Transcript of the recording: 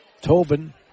Tobin